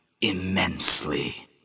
immensely